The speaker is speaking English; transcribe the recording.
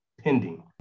pending